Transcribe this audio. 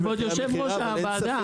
כבוד יושב-ראש הוועדה,